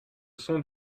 sont